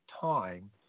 time